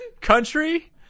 Country